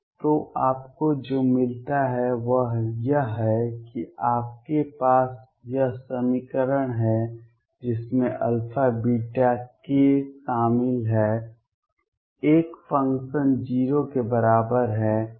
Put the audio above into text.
तो आपको जो मिलता है वह यह है कि आपके पास यह समीकरण है जिसमें α β k शामिल है एक फ़ंक्शन 0 के बराबर है